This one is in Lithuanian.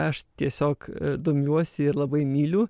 aš tiesiog domiuosi ir labai myliu